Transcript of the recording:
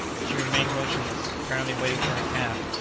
she remained motionless, apparently waiting for her calf,